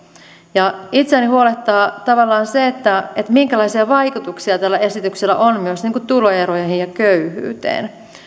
ja itseäni huolettaa se minkälaisia vaikutuksia tällä esityksellä on myös tuloeroihin ja köyhyyteen